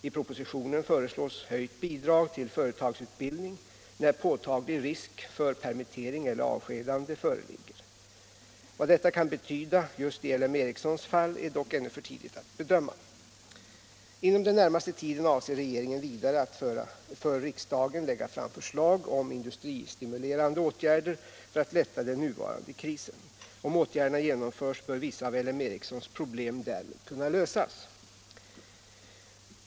I propositionen föreslås höjt bidrag till företagsutbildning när påtaglig risk för permittering eller avskedande föreligger. Vad detta kan betyda just i L M Ericssons fall är dock ännu för tidigt att bedöma. Inom den närmaste tiden avser regeringen vidare att för riksdagen lägga fram förslag om industristimulerande åtgärder för att lätta den nuvarande krisen. Om åtgärderna genomförs bör vissa av L M Ericssons problem därmed kunna lösas.